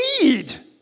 need